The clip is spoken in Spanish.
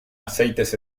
aceites